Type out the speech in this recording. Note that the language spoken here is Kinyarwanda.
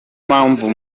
mpamvu